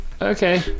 Okay